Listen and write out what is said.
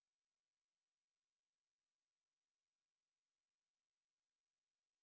ya and the like the robber I guess